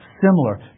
similar